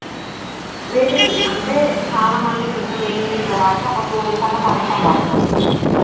waiting list అంటే చాలా మంది ఇట్లుంటే వెయిటింగ్ లిస్ట్లో పడితే ఒక టూ డేస్ అన్నా కనీసం పడుతుంది